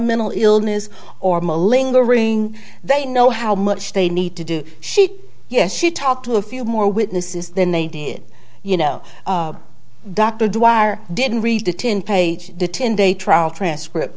mental illness or my lingering they know how much they need to do she yes she talked to a few more witnesses than they did you know dr dwyer didn't read it in page to ten day trial transcript